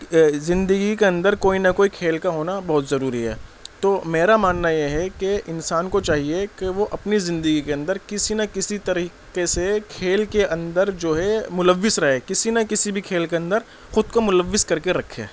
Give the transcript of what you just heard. زندگی کے اندر کوئی نہ کوئی کھیل کا ہونا بہت ضروری ہے تو میرا ماننا یہ ہے کہ انسان کو چاہیے کہ وہ اپنی زندگی کے اندر کسی نہ کسی طریقے سے کھیل کے اندر جو ہے ملوث رہے کسی نہ کسی بھی کھیل کے اندر خود کو ملوث کر کے رکھے